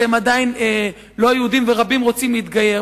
שהם עדיין לא יהודים ורבים רוצים להתגייר.